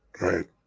Right